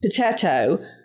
potato